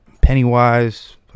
Pennywise